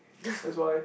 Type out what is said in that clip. that's why